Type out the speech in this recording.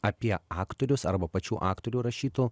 apie aktorius arba pačių aktorių rašytų